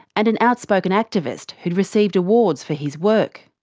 and an outspoken activist who'd received awards for his work.